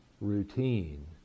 routine